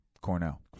Cornell